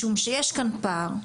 משום שיש כאן פער.